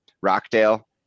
Rockdale